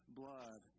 blood